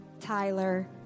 Tyler